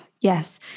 Yes